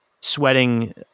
sweating